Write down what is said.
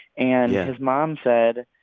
and. yeah. his mom said,